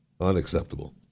Unacceptable